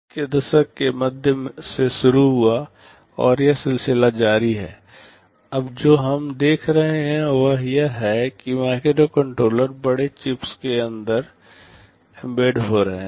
80 के दशक के मध्य से शुरू हुआ और यह सिलसिला जारी है अब जो हम देख रहे हैं वह यह है कि माइक्रोकंट्रोलर बड़े चिप्स के अंदर एम्बेडेड हो रहे हैं